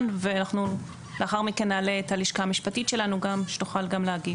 ואנחנו לאחר מכן נעלה את הלשכה המשפטית שלנו שתוכל גם להגיב.